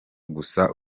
gusa